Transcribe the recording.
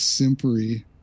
simpery